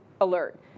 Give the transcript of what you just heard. alert